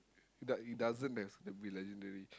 da~ it doesn't has a bit legendary